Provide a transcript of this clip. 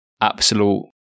absolute